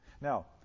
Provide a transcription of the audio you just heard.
Now